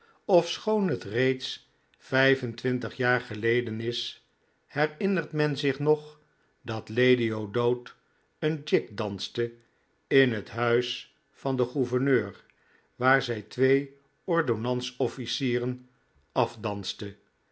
ofschoon het reeds vijf-en-twintig jaar geleden is herinnert men zich nog dat lady o'dowd een jig danste in het huis van den gouverneur waar zij twee ordonnansofficieren afdanste